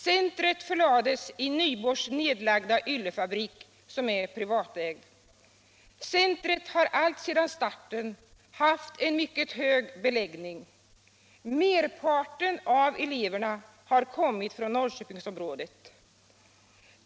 Centret förlades i Nyborgs nedlagda yllefabrik som är privatägd. Centret har alltsedan starten haft en mycket hög beläggning. Merparten av eleverna har kommit från Norrköpingsområdet.